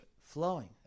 Flowing